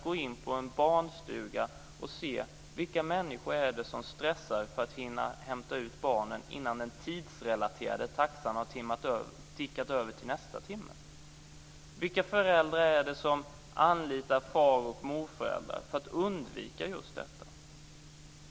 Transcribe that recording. Gå in på en barnstuga och se vilka människor det är som stressar för att hinna hämta ut barnen innan den tidsrelaterade taxan har tickat över till nästa timme! Vilka föräldrar är det som anlitar far och morföräldrar för att undvika just detta?